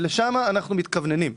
לשם אנחנו מתכווננים.